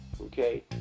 Okay